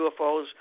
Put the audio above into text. UFOs